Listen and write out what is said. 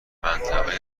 منطقه